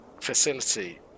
facility